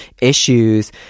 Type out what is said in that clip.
issues